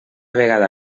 vegada